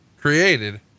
created